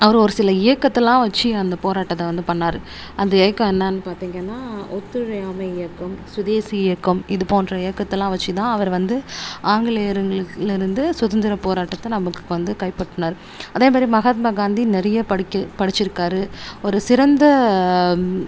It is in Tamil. அவர் ஒரு சில இயக்கத்தலாம் வச்சு அந்த போராட்டத்தை வந்து பண்ணிணாரு அந்த இயக்கம் என்னான்னு பார்த்தீங்கன்னா ஒத்துழையாமை இயக்கம் சுதேசி இயக்கம் இது போன்ற இயக்கத்தலாம் வச்சு தான் அவர் வந்து ஆங்கிலேயரங்களுலிருந்து சுதந்திரம் போராட்டத்தை நமக்கு வந்து கைப்பற்றினார் அதேமாதிரி மஹாத்மா காந்தி நிறைய படிக்க படிச்சுருக்காரு ஒரு சிறந்த